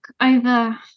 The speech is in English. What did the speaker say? over